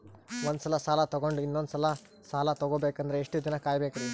ಒಂದ್ಸಲ ಸಾಲ ತಗೊಂಡು ಇನ್ನೊಂದ್ ಸಲ ಸಾಲ ತಗೊಬೇಕಂದ್ರೆ ಎಷ್ಟ್ ದಿನ ಕಾಯ್ಬೇಕ್ರಿ?